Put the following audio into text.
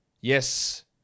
Yes